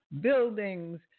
buildings